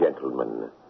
Gentlemen